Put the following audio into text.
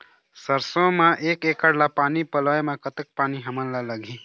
सरसों म एक एकड़ ला पानी पलोए म कतक पानी हमन ला लगही?